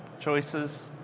choices